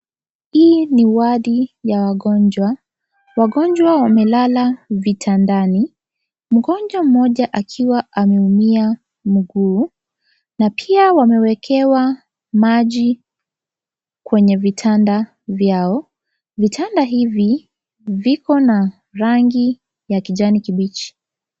Hii ni wodi ya wagonjwa. Wagonjwa wamelala vitandani, mgonjwa mmoja akiwa ameinua miguu na pia wamewekewa maji kwenye vitanda vyao. Vitanda hivi viko na rangi ya kijani kibichi.